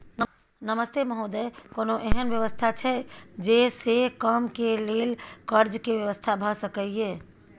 नमस्ते महोदय, कोनो एहन व्यवस्था छै जे से कम के लेल कर्ज के व्यवस्था भ सके ये?